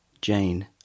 jane